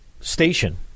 station